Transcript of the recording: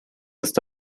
ist